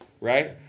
right